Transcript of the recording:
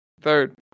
Third